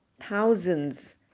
thousands